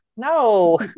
no